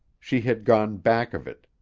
she had gone back of it.